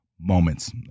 moments